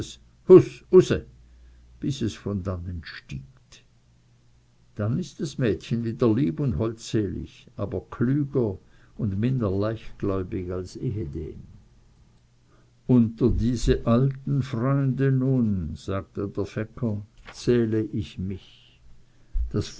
bis es von dannen stiebt dann ist das mädchen wieder lieb und holdselig aber klüger und minder leichtgläubig als ehedem unter diese alten freunde nun sagte der fecker zähle ich mich das